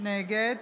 נגד